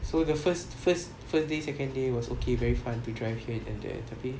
so the first first first day second day was okay very fun to drive here and there tapi